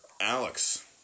Alex